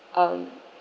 um